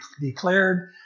declared